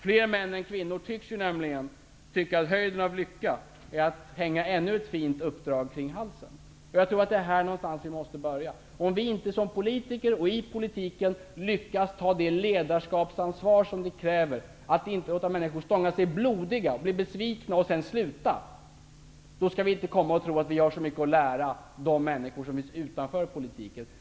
Fler män än kvinnor tycks ju tycka att höjden av lycka är att hänga ännu ett fint uppdrag runt halsen. Jag tror att det är här som vi måste börja. Om vi, som politiker, inte lyckas med att i politiken ta det ledarskapsansvar som behövs -- utan låter människor stånga sig blodiga, låter människor bli besvikna, för att sedan sluta -- då skall vi inte komma och tro att vi har så mycket att lära dem som står utanför politiken.